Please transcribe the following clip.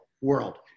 world